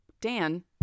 Dan